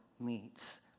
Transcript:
meets